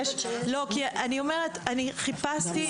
כי אני אומרת אני חיפשתי,